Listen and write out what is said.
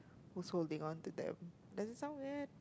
whose holding on to them does it sound weird